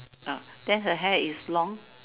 then her hair is long